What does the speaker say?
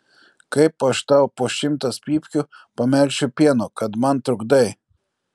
kaip aš tau po šimtas pypkių pamelšiu pieno kad man trukdai